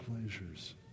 pleasures